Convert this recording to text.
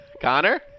Connor